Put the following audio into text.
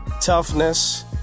toughness